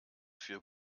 für